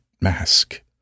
mask